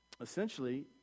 Essentially